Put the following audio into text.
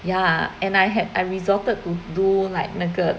yeah and I had I resorted to do like 那个